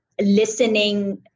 listening